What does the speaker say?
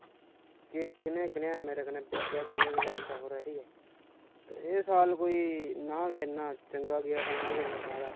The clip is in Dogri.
केह् कनेहा कनेहा मेरे कन्नै बीतेआ कनेहा कनेहा एह् समां रेहा इस साल कोई नां गै इन्ना चंगा गेआ ते नां गै इन्ना माड़ा